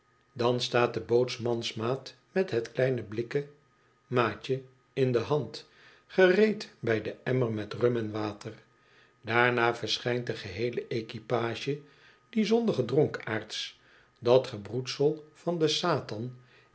dan staat de bootsmansmaat met het kleine blikken maatje in de hand gereed bij den emmer met rum en water daarna verschijnt de geheelo equipage die zondige dronkaards dat gebroedsel van den satan